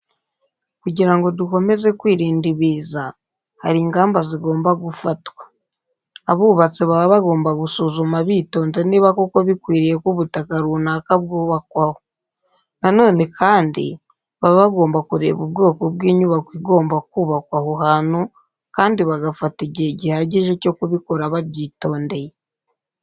Kugira ngo dukomeze kwirinda ibiza, hari ingamba zigomba gufatwa. Abubatsi baba bagomba gusuzuma bitonze niba koko bikwiriye ko ubutaka runaka bw'ubakwaho. Na none kandi, baba bagomba kureba ubwoko bw'inyubako igomba kubakwa aho hantu kandi bagafata igihe gihagije cyo kubikora babyitondeye.